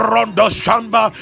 Rondoshamba